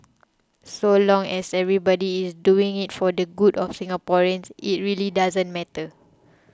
so long as everybody is doing it for the good of Singaporeans it really doesn't matter